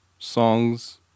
songs